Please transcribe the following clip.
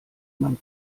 man